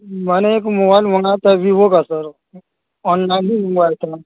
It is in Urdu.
میں نے ایک موبائل منگایا تھا ویوو کا سر آن لائن ہی منگوایا تھا